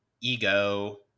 ego